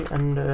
and